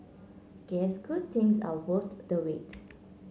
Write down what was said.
guess good things are worth the wait